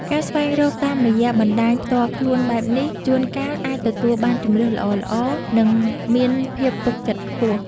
ការស្វែងរកតាមរយៈបណ្ដាញផ្ទាល់ខ្លួនបែបនេះជួនកាលអាចទទួលបានជម្រើសល្អៗ និងមានភាពទុកចិត្តខ្ពស់។